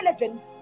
religion